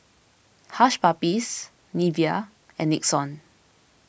Hush Puppies Nivea and Nixon